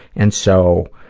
and so,